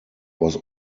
was